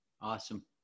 awesome